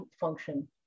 function